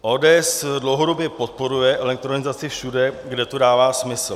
ODS dlouhodobě podporuje elektronizaci všude, kde to dává smysl.